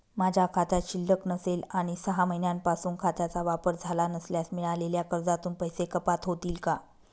माझ्या खात्यात शिल्लक नसेल आणि सहा महिन्यांपासून खात्याचा वापर झाला नसल्यास मिळालेल्या कर्जातून पैसे कपात होतील का?